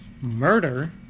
Murder